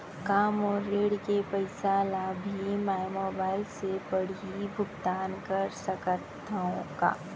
का मोर ऋण के पइसा ल भी मैं मोबाइल से पड़ही भुगतान कर सकत हो का?